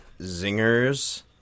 zingers